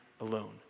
alone